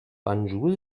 banjul